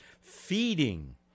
feeding